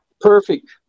perfect